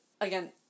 again